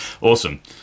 Awesome